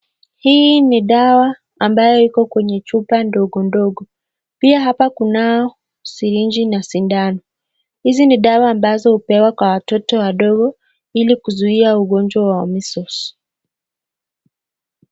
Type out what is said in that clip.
Hii ni dawa ambayo iko kwenye chupa ndogo ndogo, pia hapa kunao sirinji na sindano, hizi ni dawa ambazo hupewa kwa watoto wadogo ili kuzuia ugonjwa wa Measles .